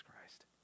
Christ